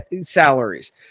salaries